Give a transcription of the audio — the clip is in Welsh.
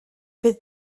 bydd